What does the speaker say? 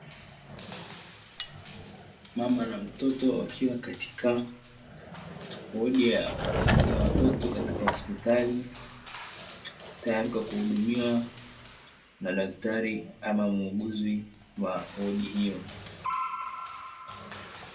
Mama na mtoto wakiwa katika wodi ya watoto katika hospitali tayari kwa kuhudumiwa na daktari ama muuguzi wa wodi hiyo.